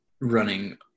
running